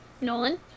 Nolan